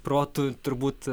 protu turbūt